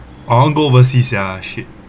I wan't go overseas sia shit